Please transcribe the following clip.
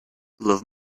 love